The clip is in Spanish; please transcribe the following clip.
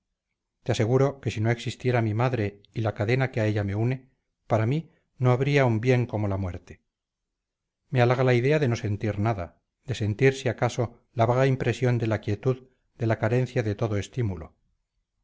te aseguro que si no existiera mi madre y la cadena que a ella me une para mí no habría un bien como la muerte me halaga la idea de no sentir nada de sentir si acaso la vaga impresión de la quietud de la carencia de todo estímulo